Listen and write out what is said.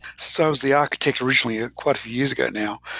so was the architect originally, ah quite a few years ago now.